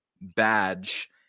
badge